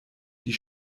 die